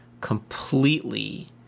completely